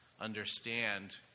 understand